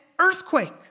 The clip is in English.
earthquake